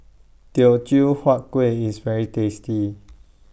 Teochew Huat Kuih IS very tasty